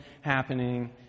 happening